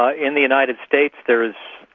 ah in the united states there is.